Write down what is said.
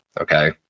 okay